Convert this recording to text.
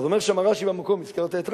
אמר שם רש"י במקום, הזכרת את רש"י,